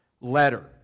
letter